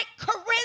charisma